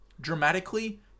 Dramatically